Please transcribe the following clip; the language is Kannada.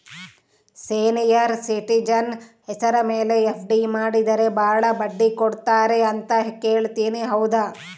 ಸೇನಿಯರ್ ಸಿಟಿಜನ್ ಹೆಸರ ಮೇಲೆ ಎಫ್.ಡಿ ಮಾಡಿದರೆ ಬಹಳ ಬಡ್ಡಿ ಕೊಡ್ತಾರೆ ಅಂತಾ ಕೇಳಿನಿ ಹೌದಾ?